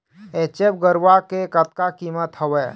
HF गरवा के कतका कीमत हवए?